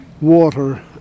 water